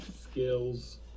Skills